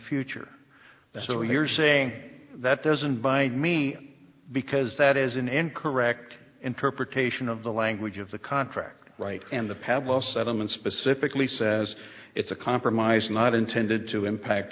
future so here's saying that doesn't buy me because that is in and correct interpretation of the language of the contract right and the pad last settlement specifically says it's a compromise not intended to impact